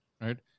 right